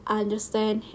understand